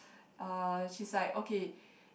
uh she's like okay